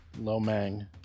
Lomang